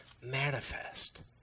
manifest